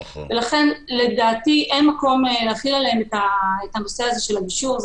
לכן לדעתי אין מקום להחיל עליהם את נושא הגישור.